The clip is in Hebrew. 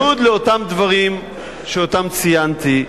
בניגוד לאותם דברים שאותם ציינתי,